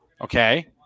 Okay